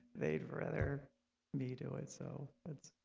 they'd rather me do it so but